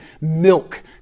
milk